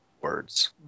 words